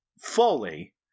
fully